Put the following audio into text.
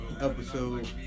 episode